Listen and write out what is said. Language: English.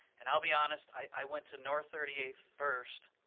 and i'll be honest. i went to north thirty eighth first,